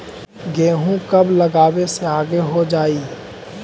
गेहूं कब लगावे से आगे हो जाई?